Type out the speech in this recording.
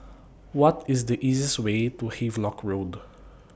What IS The easiest Way to Havelock Road